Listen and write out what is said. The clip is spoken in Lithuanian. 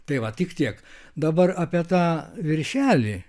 tai va tik tiek dabar apie tą viršelį